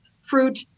fruit